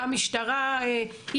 המשטרה זה